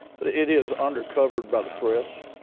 but it is undercovered by the press.